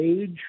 age